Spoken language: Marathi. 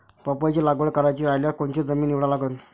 पपईची लागवड करायची रायल्यास कोनची जमीन निवडा लागन?